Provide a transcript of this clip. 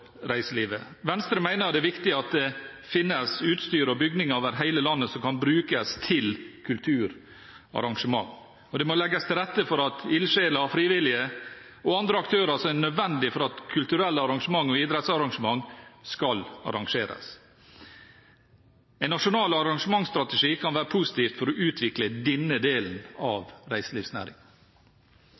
reiselivet. Venstre mener det er viktig at det finnes utstyr og bygninger over hele landet som kan brukes til kulturarrangement. Det må legges til rette for ildsjeler, frivillige og andre aktører som er nødvendige for at kulturelle arrangement og idrettsarrangement skal arrangeres. En nasjonal arrangementsstrategi kan være positivt for å utvikle denne delen av